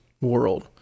world